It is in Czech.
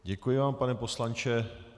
Děkuji vám, pane poslanče.